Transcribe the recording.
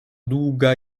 długa